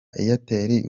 airtel